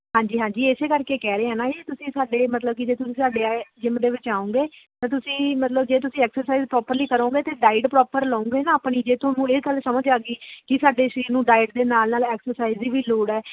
ਹਾਂਜੀ ਹਾਂਜੀ ਇਸੇ ਕਰਕੇ ਕਹਿ ਰਹੇ ਹਾਂ ਨਾ ਤੁਸੀਂ ਸਾਡੇ ਮਤਲਬ ਕਿ ਜੇ ਤੁਸੀਂ ਸਾਡੇ ਜਿਮ ਦੇ ਵਿੱਚ ਆਓਗੇ ਤਾਂ ਤੁਸੀਂ ਮਤਲਬ ਜੇ ਤੁਸੀਂ ਐਕਸਰਸਾਈਜ਼ ਪ੍ਰੋਪਰਲੀ ਕਰੋਗੇ ਅਤੇ ਡਾਇਟ ਪ੍ਰੋਪਰ ਲਉਗੇ ਨਾ ਆਪਣੀ ਜੇ ਤੁਹਾਨੂੰ ਇਹ ਗੱਲ ਸਮਝ ਆ ਗਈ ਕਿ ਸਾਡੇ ਸਰੀਰ ਨੂੰ ਡਾਇਟ ਦੇ ਨਾਲ ਨਾਲ ਐਕਸਰਸਾਈਜ਼ ਦੀ ਵੀ ਲੋੜ ਆ